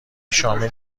شامل